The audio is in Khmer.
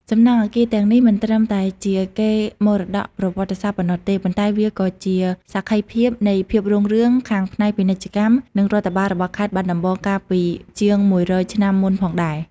សំណង់អគារទាំងនេះមិនត្រឹមតែជាកេរមរតកប្រវត្តិសាស្ត្រប៉ុណ្ណោះទេ ប៉ុន្តែវាក៏ជាសក្ខីភាពនៃភាពរុងរឿងខាងផ្នែកពាណិជ្ជកម្ម និងរដ្ឋបាលរបស់ខេត្តបាត់ដំបងកាលពីជាងមួយរយឆ្នាំមុនផងដែរ។